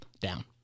down